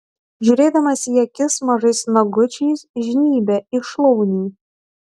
žiūrėdamas į akis mažais nagučiais žnybia į šlaunį